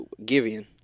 Givian